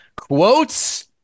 Quotes